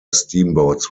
steamboats